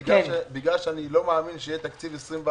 בגלל שאני לא מאמין שיהיה תקציב 2021,